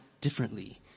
differently